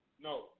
no